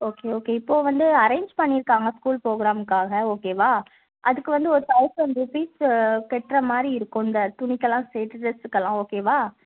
okay okay இப்போது வந்து arrange பண்ணியிருக்காங்க ஸ்கூல் ப்ரோகிராமுக்காக ஓகேவா அதுக்கு வந்து ஒரு தௌசண்ட் ருப்பீஸ் கட்டுற மாதிரி இருக்கும் இந்த துணிக்கெல்லாம் சேர்த்து ட்ரெஸ்ஸுக்கெல்லாம் ஓகேவா